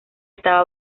está